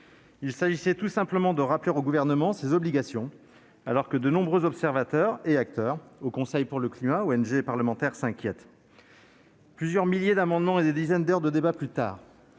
Il s'agissait tout simplement de rappeler au Gouvernement ses obligations, alors que de nombreux observateurs et acteurs- Haut Conseil pour le climat, organisations non gouvernementales (ONG) et parlementaires -s'inquiètent. Plusieurs milliers d'amendements et des dizaines d'heures de débat plus tard,